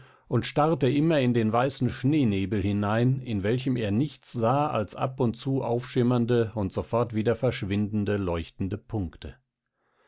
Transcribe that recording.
und starrte immer in den weißen schneenebel hinein in welchem er nichts sah als ab und zu aufschimmernde und sofort wieder verschwindende leuchtende punkte